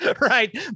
Right